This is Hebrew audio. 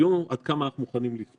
הדיון הוא עד כמה אנחנו מוכנים לספוג